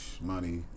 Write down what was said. money